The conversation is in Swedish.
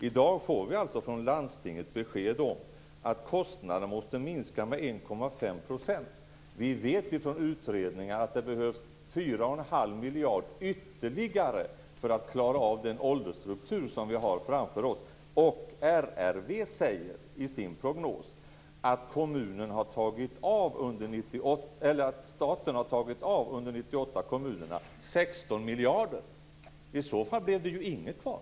I dag får vi från landstinget besked om att kostnaderna måste minska med 1,5 %. Men vi vet från utredningar att det behövs ytterligare 4,5 miljarder kronor för att klara av den åldersstruktur som vi har framför oss. RRV säger i sin prognos att staten under 1998 har tagit av kommunerna 16 miljarder kronor. I så fall blev det ju ingenting kvar.